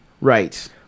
Right